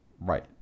right